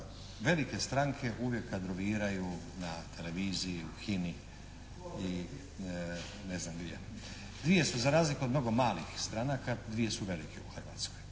velike stranke uvijek kadroviraju na televiziji, u HINA-i i ne znam gdje. Dvije su za razliku od mnogo malih stranaka, dvije su velike u Hrvatskoj,